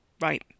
Right